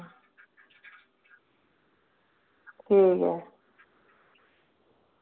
ठीक ऐ